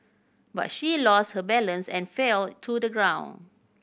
but she lost her balance and fell to the ground